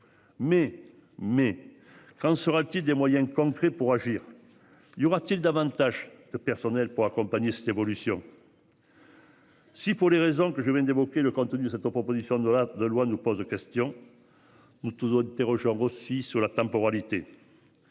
Mais, mais qu'en sera-t-il des moyens concrets pour agir. Y aura-t-il davantage de personnel pour accompagner cette évolution. Si pour les raisons que je viens d'évoquer le contenu de cette proposition de la de loi nous pose question. Toujours interrogé aussi sur la temporalité.